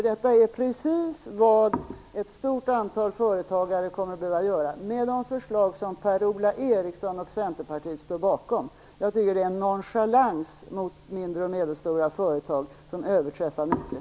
Detta är precis vad ett stort antal företagare kommer att drabbas av med de förslag som Per-Ola Eriksson och Centerpartiet står bakom. Jag tycker att det är en nonchalans mot mindre och medelstora företag som överträffar mycket.